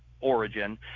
origin